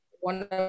one